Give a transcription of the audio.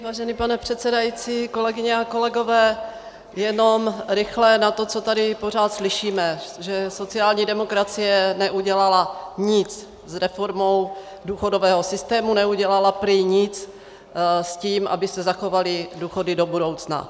Vážený pane předsedající, kolegyně a kolegové, jenom rychle na to, co tady pořád slyšíme, že sociální demokracie neudělala nic s reformou důchodového systému, neudělala prý nic s tím, aby se zachovaly důchody do budoucna.